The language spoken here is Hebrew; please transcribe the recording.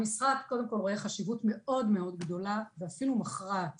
משרד הרווחה קודם כל רואה חשיבות מאוד מאוד גדולה ואפילו מכרעת